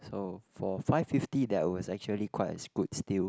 so for five fifty that was actually quite a good steal